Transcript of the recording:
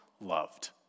loved